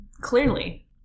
Clearly